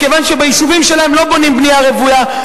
מכיוון שביישובים שלהם לא בונים בנייה רוויה,